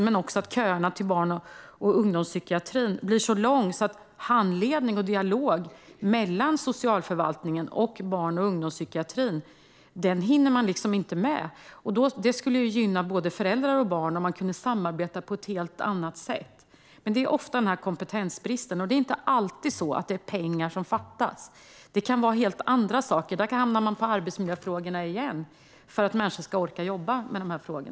Men köerna till barn och ungdomspsykiatrin är också så långa att man inte hinner med handledning och dialog mellan socialförvaltningen och barn och ungdomspsykiatrin. Det skulle gynna både föräldrar och barn om man kunde samarbeta på ett helt annat sätt. Men det råder ofta en kompetensbrist. Och det är inte alltid pengar som fattas. Det kan vara helt andra saker. Då handlar det om arbetsmiljöfrågorna igen och att människor ska orka jobba med dessa frågor.